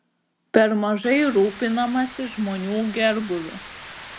per mažai rūpinamasi žmonių gerbūviu